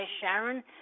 Sharon